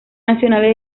nacionales